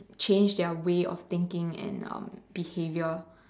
change their way of thinking and um behaviour